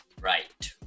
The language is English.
right